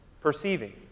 perceiving